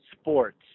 sports